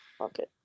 Okay